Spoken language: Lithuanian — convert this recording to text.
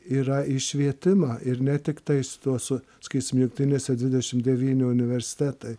yra į švietimą ir ne tiktai su tuo su sakysim jungtinėse dvidešim devyni universitetai